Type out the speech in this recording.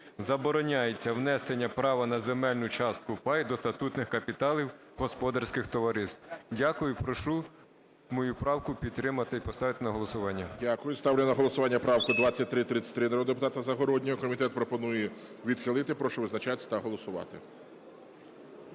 забороняється внесення права на земельну частку (пай) до статутних капіталів господарських товариств". Дякую. Прошу мою правку підтримати і поставити на голосування. ГОЛОВУЮЧИЙ. Дякую. Ставлю на голосування правку 2333 народного депутата Загороднього. Комітет пропонує відхилити. Прошу визначатись та голосувати.